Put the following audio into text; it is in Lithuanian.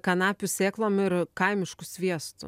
kanapių sėklom ir kaimišku sviestu